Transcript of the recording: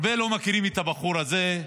הרבה לא מכירים את הבחור הזה,